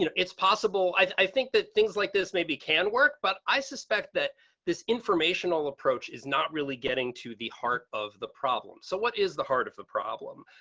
you know it's possible. i think that things like this maybe can work but i suspect that this informational approach is not really getting to the heart of the problem. so what is the heart of a problem.